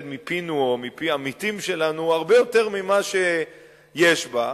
מפינו או מפי עמיתים שלנו הרבה יותר ממה שיש בה,